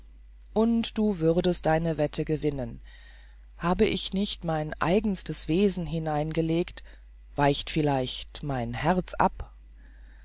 und du würdest deine wette gewinnen habe ich nicht mein eigenstes wesen hineingelegt weicht vielleicht mein herz ab